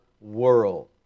world